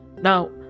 now